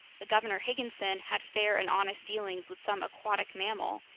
the governor higginson had fair and honest dealings with some aquatic mammal,